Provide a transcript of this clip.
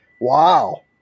Wow